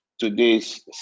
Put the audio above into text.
today's